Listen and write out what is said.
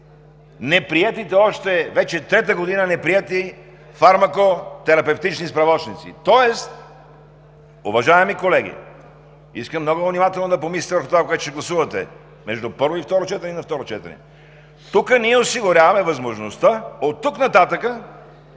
неприетите още, вече трета година неприети фармако-терапевтични справочници, тоест, уважаеми колеги, искам много внимателно да помислите по това, което ще гласувате между първо и второ четене, и на второ четене. Тук ние осигуряваме възможността оттук нататък